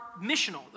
missional